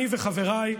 ואני חבריי,